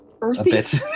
Earthy